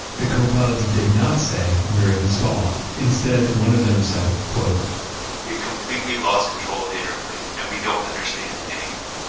the co-pilots did not say, we are in a stall. instead one of them said we've completely lost control of the airplane and we don't understand anything.